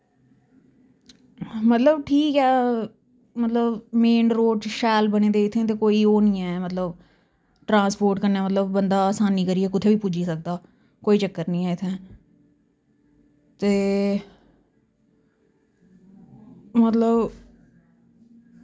मतलब ठीक ऐ मतलब मेन रोड़ च शैल बने दे इत्थें ते कोई ओह् निं ऐ मतलब ट्रांसपोर्ट कन्नै मतलब बंदा असानी करियै कुत्थे वी पुज्जी सकदा कोई चक्कर निं ऐ इत्थें ते मतलब